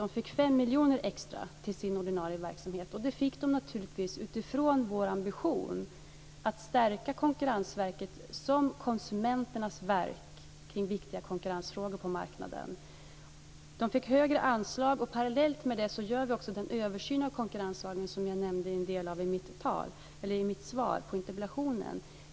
Det fick 5 miljoner extra till sin ordinarie verksamhet, och det skedde naturligtvis utifrån vår ambition att stärka Konkurrensverket som konsumenternas verk vad avser viktiga konkurrensfrågor på marknaden. Parallellt därmed gör vi också den översyn av konkurrenslagen som jag nämnde i mitt svar på interpellationen.